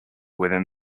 within